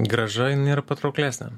grąža jin yra patrauklesnė